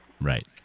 Right